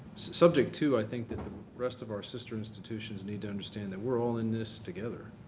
subject to i think that the rest of our sister institutions need to understand that we're all in this together,